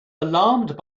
alarmed